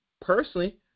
personally